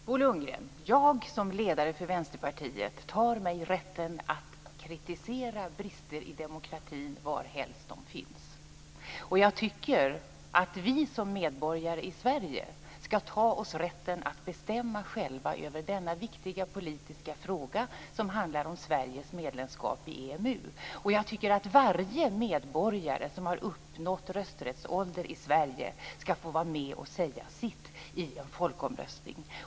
Fru talman! Jag tar mig, Bo Lundgren, som ledare för Vänsterpartiet rätten att kritisera brister i demokratin varhelst de finns. Jag tycker att vi som medborgare i Sverige ska ta oss rätten att bestämma själva över denna viktiga politiska fråga, som handlar om Sveriges medlemskap i EMU. Jag tycker att varje medborgare som har uppnått rösträttsålder i Sverige ska få vara med och säga sitt i en folkomröstning.